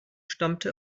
stammte